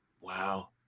Wow